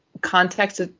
context